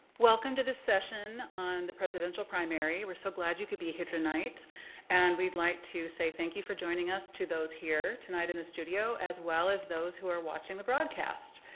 welcome to this session on the presidential primary. we're so glad you could be here tonight and we'd like to say thank you for joining us to those here tonight in the studio as well as those who are watching the broadcast.